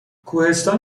کوهستان